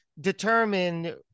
determine